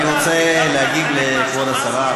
אני רוצה להגיד לכבוד השרה,